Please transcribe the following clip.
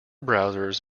browsers